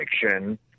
fiction